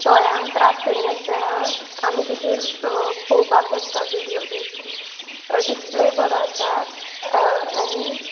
दोळ्यांक त्रास करिनासतना आमी तेचेर पळोवपाक शकता विडियो बीन डिसप्लेय बरो आसा आनी